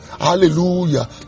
hallelujah